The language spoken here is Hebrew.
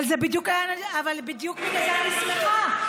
אבל בדיוק בגלל זה אני שמחה,